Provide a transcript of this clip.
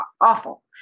awful